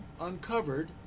uncovered